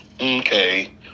okay